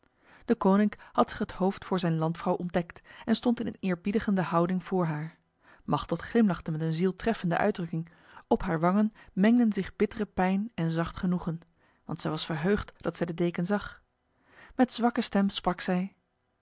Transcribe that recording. deconinck had zich het hoofd voor zijn landvrouw ontdekt en stond in een eerbiedigende houding voor haar machteld glimlachte met een zieltreffende uitdrukking op haar wangen mengden zich bittere pijn en zacht genoegen want zij was verheugd dat zij de deken zag met zwakke stem sprak zij